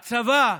והצבא,